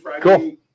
Cool